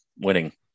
winning